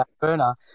burner